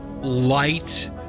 light